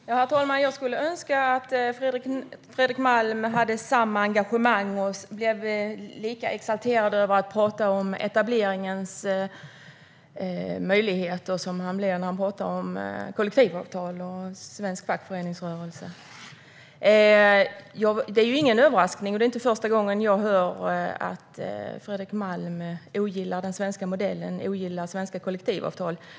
Herr talman! Jag skulle önska att Fredrik Malm hade samma engagemang och blev lika exalterad över att prata om etableringens möjligheter som han blir när han pratar om kollektivavtal och svensk fackföreningsrörelse. Det är dock ingen överraskning, och det är inte första gången jag hör att Fredrik Malm ogillar den svenska modellen och svenska kollektivavtal.